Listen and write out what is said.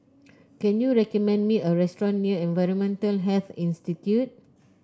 can you recommend me a restaurant near Environmental Health Institute